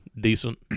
decent